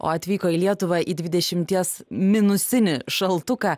o atvyko į lietuvą į dvidešimties minusinį šaltuką